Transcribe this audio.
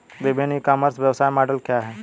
विभिन्न e commerce व्यवसाय model क्या हैं?